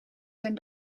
zijn